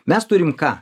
mes turim ką